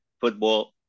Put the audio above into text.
football